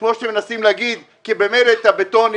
כמו שמנסים להגיד כי ממילא את הבטונים